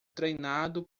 treinado